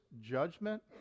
judgment